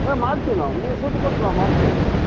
ಹಾಂ ಮಾಡ್ತೀವಿ ನಾವು ನೀವು ದುಡ್ಡು ಕೊಟ್ರೆ ನಾವು ಮಾಡ್ತೀವಿ ಬಿಡಿರಿ